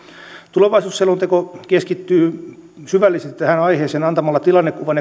tulevaisuusselonteko keskittyy syvällisesti tähän aiheeseen antamalla tilannekuvan